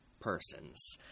persons